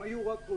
לו היו רוצים,